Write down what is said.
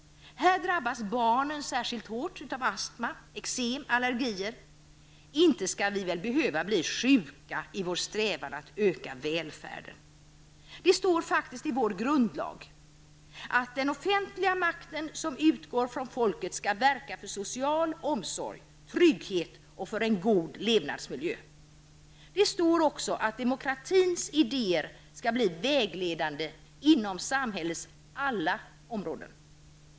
Här drabbas barnen särskilt hårt av astma, eksem och allergier. Inte skall vi väl behöva bli sjuka i vår strävan att öka välfärden. Det står faktiskt i vår grundlag att den offentliga makten som utgår från folket skall verka för social omsorg, trygghet och en god levnadsmiljö. Det står också att demokratins idéer skall bli vägledande inom samhällets alla områden.